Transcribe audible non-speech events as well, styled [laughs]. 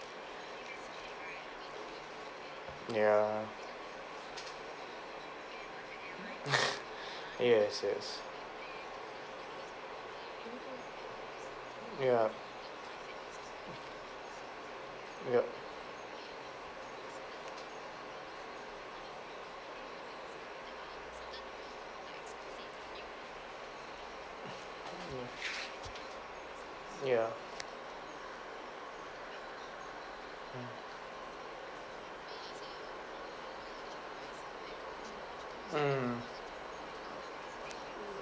ya [laughs] yes yes ya yup ya mm